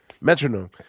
metronome